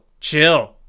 chill